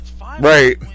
Right